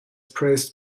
praised